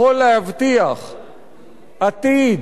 יכול להבטיח עתיד,